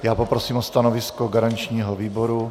Já poprosím o stanovisko garančního výboru.